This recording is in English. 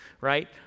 right